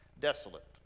desolate